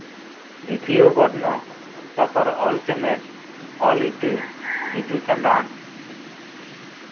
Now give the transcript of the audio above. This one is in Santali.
ᱫᱤᱛᱤᱭᱚ ᱵᱚᱨᱱᱚ ᱛᱟᱨᱯᱚᱨ ᱚᱞ ᱪᱮᱢᱮᱫ ᱚᱞ ᱤᱛᱟᱹ ᱵᱤᱫᱩ ᱪᱟᱸᱫᱟᱱ